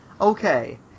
okay